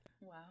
Wow